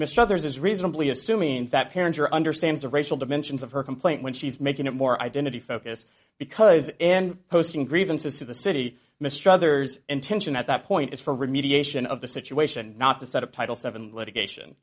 is reasonably assuming that parents are understands the racial dimensions of her complaint when she's making it more identity focus because in posting grievances to the city mistry there's intention at that point is for remediation of the situation not to set up title seven litigation